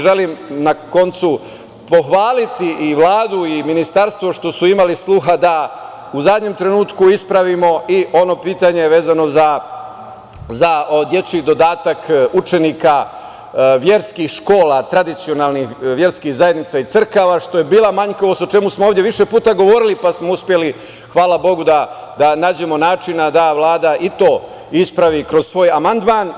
Želim, na koncu, pohvaliti i Vladu i Ministarstvo što su imali sluha da u zadnjem trenutku ispravimo i ono pitanje vezano za dečji dodatak učenika verskih škola, tradicionalnih verskih zajednica i crkava, što je bila manjkavost, o čemu smo ovde više puta govorili, pa smo uspeli, hvala bogu, da nađemo načina da Vlada i to ispravi kroz svoj amandman.